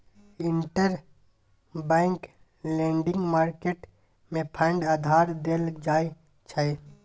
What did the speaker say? interbank lending market मे fund उधार देल जाइ छै